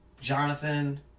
Jonathan